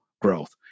growth